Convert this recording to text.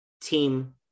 team